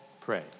pray